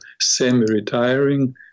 semi-retiring